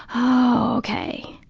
oh, okay,